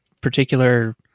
particular